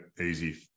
easy